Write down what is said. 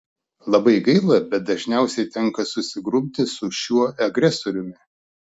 labai gaila bet dažniausiai tenka susigrumti su šiuo agresoriumi